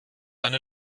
eine